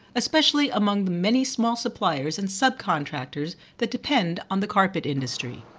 especially among the many small suppliers and subcontractors that depend on the carpet industry.